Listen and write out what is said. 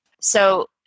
So-